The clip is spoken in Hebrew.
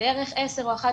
בערך עשר או 11